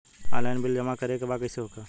Online bill जमा करे के बा कईसे होगा?